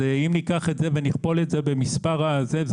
אם ניקח את זה ונכפול במספר המטופלים,